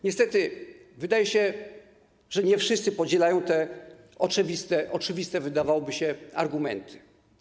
Niestety, wydaje się, że nie wszyscy podzielają te oczywiste, wydawałoby się, argumenty.